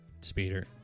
speeder